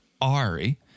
Ari